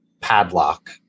padlock